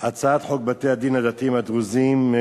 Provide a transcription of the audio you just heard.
הצעת חוק בתי-הדין הדתיים הדרוזיים,